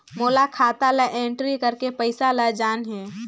मोला खाता ला एंट्री करेके पइसा ला जान हे?